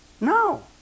No